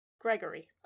Gregory